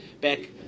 Back